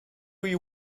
you